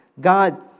God